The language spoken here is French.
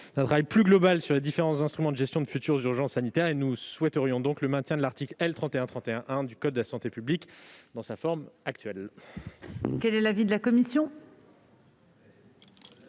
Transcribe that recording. d'un travail plus global sur les différents instruments de gestion de futures urgences sanitaires. Nous souhaitons donc le maintien de l'article L. 3131-1 du code de la santé publique dans sa forme actuelle.